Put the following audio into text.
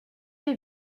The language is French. j’ai